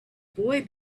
boy